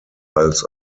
als